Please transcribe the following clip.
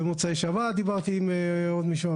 במוצאי שבת דיברתי עם עוד מישהו.